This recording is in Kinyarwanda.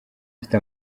ufite